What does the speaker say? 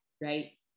right